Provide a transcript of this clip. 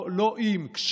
לא "אם",